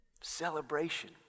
Celebration